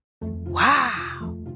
Wow